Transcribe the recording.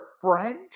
French